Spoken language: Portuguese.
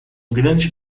grande